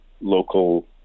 local